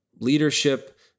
leadership